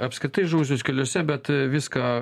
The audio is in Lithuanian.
apskritai žuvusius keliuose bet viską